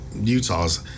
Utah's